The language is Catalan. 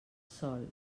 sol